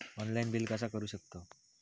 Online bill कसा करु शकतव?